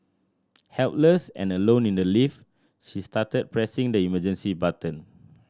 helpless and alone in the lift she started pressing the emergency button